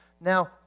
Now